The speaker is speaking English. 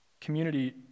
Community